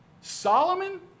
Solomon